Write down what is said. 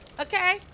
okay